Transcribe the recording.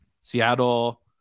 Seattle